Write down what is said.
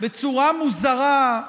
בצורה מוזרה.